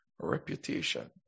reputation